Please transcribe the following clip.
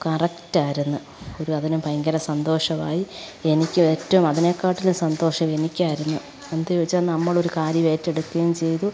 കറക്റ്റായിരുന്നു ഒരു അതിനു ഭയങ്കര സന്തോഷമായി എനിക്കും ഏറ്റവും അതിനെക്കാട്ടിലും സന്തോഷം എനിക്കായിരുന്നു എന്തു ചോദിച്ചാൽ നമ്മളൊരു കാര്യം ഏറ്റെടുക്കുകയും ചെയ്തു